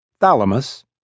Thalamus